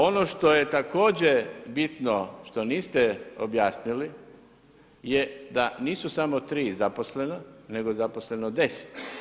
Ono što je također bitno što niste objasnili je da nisu samo tri zaposlena, nego je zaposleno 10.